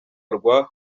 rwa